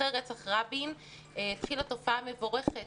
אחרי רצח רבין התחילה תופעה מבורכת